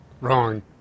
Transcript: wrong